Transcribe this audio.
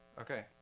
okay